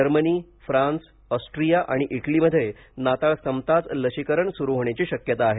Germany France Austria आणि इटलीमध्ये नाताळ संपताच लशीकरण सुरू होण्याची शक्यता आहे